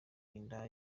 indaya